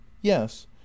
yes